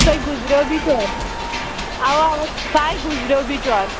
سُے گُزریٚوو بِچور اَوا اَوا سُہ ہاے گُزریٚوو بِچور